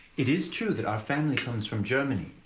it is true that our family comes from germany,